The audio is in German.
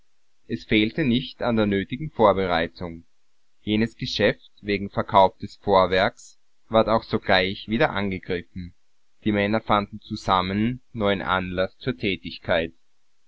es fehlte nicht an der nötigen vorbereitung jenes geschäft wegen verkauf des vorwerks ward auch sogleich wieder angegriffen die männer fanden zusammen neuen anlaß zur tätigkeit